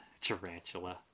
Tarantula